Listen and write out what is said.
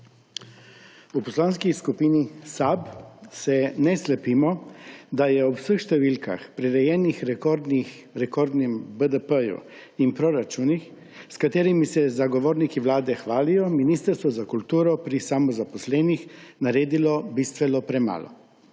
V Poslanski skupini SAB se ne slepimo, da je ob vseh številkah, prirejenih rekordnemu BDP in proračunom, s katerimi se zagovorniki vlade hvalijo, Ministrstvo za kulturo pri samozaposlenih naredilo bistveno premalo.